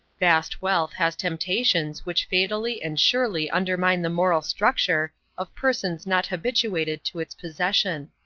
vast wealth has temptations which fatally and surely undermine the moral structure of persons not habituated to its possession.